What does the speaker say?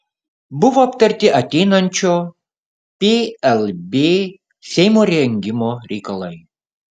buvo aptarti ateinančio plb seimo rengimo reikalai